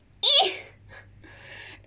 一